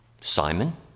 Simon